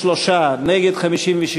בעד, 43, נגד, 56,